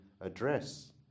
address